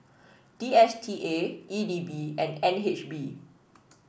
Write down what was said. D S T A E D B and N H B